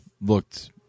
looked